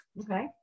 okay